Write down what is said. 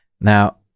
now